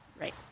Right